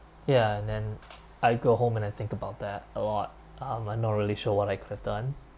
ya and then I go home and I think about that a lot um I'm not really sure what I could've done